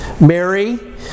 Mary